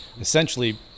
essentially